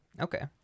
Okay